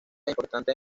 importantes